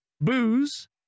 Booze